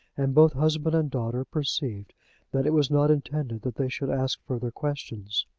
and both husband and daughter perceived that it was not intended that they should ask further questions.